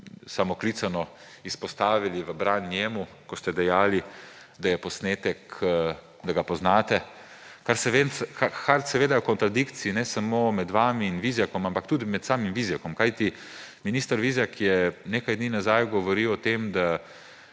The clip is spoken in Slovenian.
samooklicano izpostavili njemu v bran, ko ste dejali, da posnetek poznate, kar je seveda v kontradikciji ne samo med vami in Vizjakom, ampak tudi med samim Vizjakom. Minister Vizjak je nekaj dni nazaj govoril o tem, da